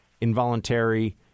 involuntary